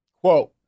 Quote